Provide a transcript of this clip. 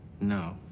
No